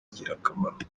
ingirakamaro